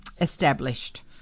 established